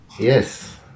Yes